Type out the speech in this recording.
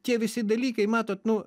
tie visi dalykai matot nu